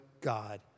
God